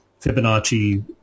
Fibonacci